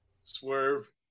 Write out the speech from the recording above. Swerve